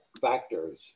factors